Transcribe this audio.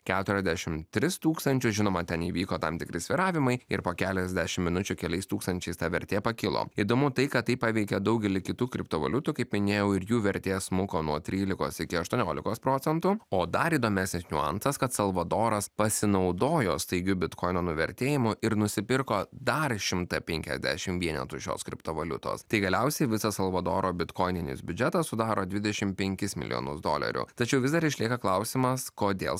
keturiasdešimt tris tūkstančius žinoma ten įvyko tam tikri svyravimai ir po keliasdešimt minučių keliais tūkstančiais tą vertė pakilo įdomu tai kad tai paveikė daugelį kitų kriptovaliutų kaip minėjau ir jų vertė smuko nuo trylikos iki aštuoniolikos procentų o dar įdomesnis niuansas kad salvadoras pasinaudojo staigiu bitkoino nuvertėjimu ir nusipirko dar šimtą penkiasdešimt vienetų šios kriptovaliutos tai galiausiai visas salvadoro bitkoininis biudžetas sudaro dvidešimt penkis milijonus dolerių tačiau vis dar išlieka klausimas kodėl